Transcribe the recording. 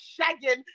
shagging